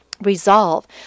Resolve